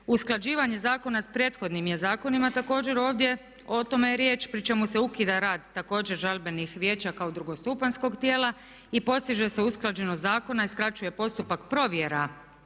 Usklađivanje zakona sa prethodnim je zakonima također ovdje, o tome je riječ, pri čemu se ukida rad također žalbenih vijeća kao drugostupanjskog tijela i postiže se usklađenost zakona i skraćuje postupak provjera